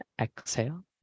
exhale